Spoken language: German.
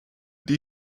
die